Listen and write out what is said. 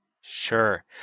Sure